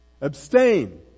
Abstain